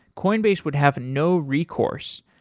coinbase would have no recourse.